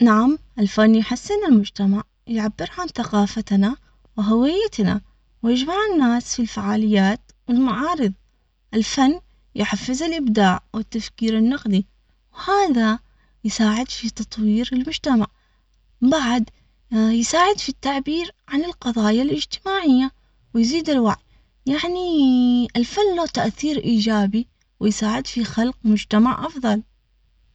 نعم، الفن يحسن المجتمع، يعبر عن ثقافتنا وهويتنا، ويجمع الناس في الفعاليات والمعارض، الفن يحفز الإبداع والتفكير النقدي، وهذا يساعد في تطوير المجتمع بعد يساعد في التعبير عن القضايا الاجتماعية، ويزيد الوعي يعني.